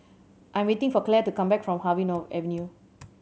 I am waiting for Claire to come back from Harvey Avenue